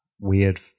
weird